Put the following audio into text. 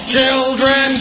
Children